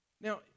Now